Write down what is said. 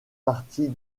partie